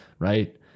right